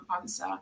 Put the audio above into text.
answer